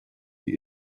die